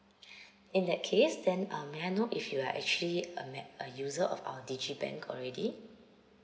in that case then um may I know if you are actually a mem~ a user of our digibank already